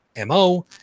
MO